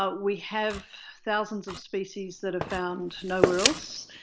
ah we have thousands of species that are found nowhere else,